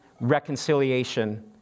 Reconciliation